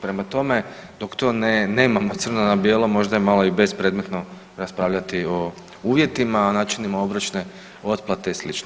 Prema tome, dok to nemamo crno na bijelo možda je malo i bespredmetno raspravljati o uvjetima, načinima obročne otplate i sl.